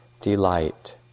delight